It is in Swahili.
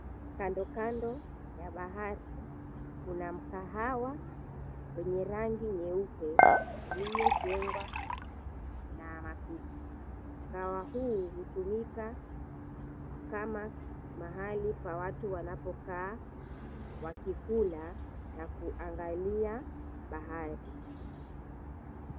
Kando kando ya bahari kuna mkahawa wenye rangi nyeupe uliojengwa na makuti. Mkahawa huu hutumika kama mahali watu wanapokaa wakikula na kuangalia bahari.